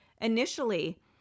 Initially